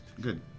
Good